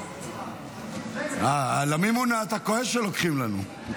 --- על המימונה אתה כועס כשלוקחים לנו.